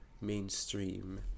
mainstream